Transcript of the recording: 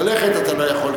ללכת אתה לא יכול.